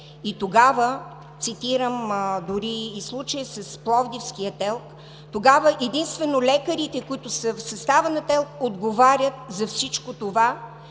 И тогава, цитирам дори и случая с пловдивския ТЕЛК, тогава единствено лекарите, които са в състава на ТЕЛК, отговарят за всичко това